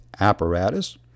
apparatus